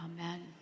Amen